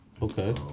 Okay